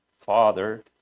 father